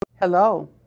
Hello